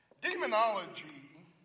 Demonology